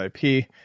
IP